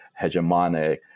hegemonic